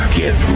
get